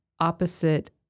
opposite